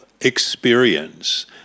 experience